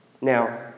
Now